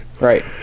Right